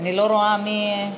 אני לא רואה מי,